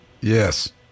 Yes